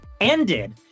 ended